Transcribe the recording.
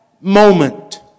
moment